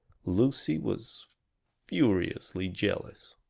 lucy was furiously jealous.